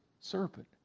serpent